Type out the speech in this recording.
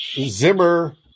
Zimmer